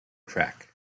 track